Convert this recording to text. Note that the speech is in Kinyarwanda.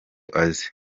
azi